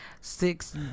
six